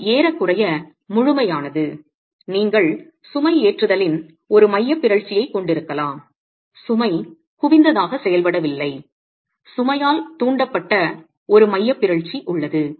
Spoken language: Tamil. இது ஏறக்குறைய முழுமையானது நீங்கள் சுமைஏற்றுதலின் ஒரு மையப் பிறழ்ச்சியைக் கொண்டிருக்கலாம் சுமை குவிந்ததாக செயல்படவில்லை சுமையால் தூண்டப்பட்ட ஒரு மையப் பிறழ்ச்சி உள்ளது